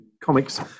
Comics